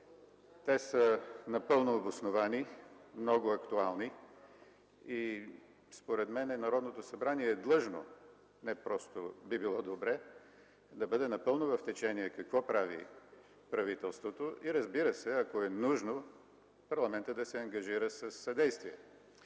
Те са напълно обосновани, много актуални и според мен Народното събрание е длъжно, не просто би било добре, да бъде напълно в течение какво прави правителството и ако е нужно, парламентът да се ангажира със съдействие.